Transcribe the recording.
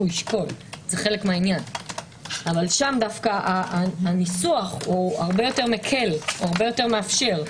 שם דווקא הניסוח הרבה יותר מקל ומאפשר.